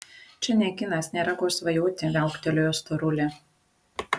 čia ne kinas nėra ko svajoti viauktelėjo storulė